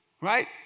right